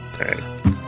Okay